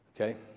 okay